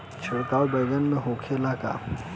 छिड़काव बैगन में होखे ला का?